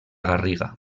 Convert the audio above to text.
garriga